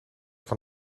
van